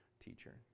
teacher